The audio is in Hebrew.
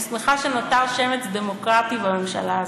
אני שמחה שנותר שמץ דמוקרטי בממשלה הזאת,